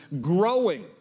growing